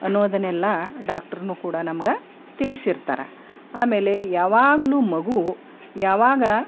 ಅನ್ನೋದನ್ನೆಲ್ಲ ಡಾಕ್ಟ್ರೂನು ಕೂಡ ನಮ್ಗೆ ತಿಳ್ಸಿರ್ತಾರೆ ಆಮೇಲೆ ಯಾವಾಗಲೂ ಮಗು ಯಾವಾಗ